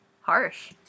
harsh